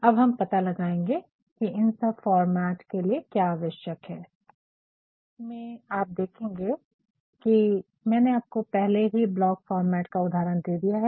अब हम पता लगाएंगे की इन सब फॉर्मेट के लिए क्या आवश्यक है इस स्लाइड में आप देखेंगे की मैंने आपको पहले ही ब्लॉक फॉर्मेट का उदाहरण दे दिया है